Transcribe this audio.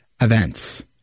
events